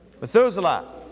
Methuselah